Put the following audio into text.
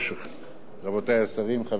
תודה, רבותי השרים, חברי חברי הכנסת,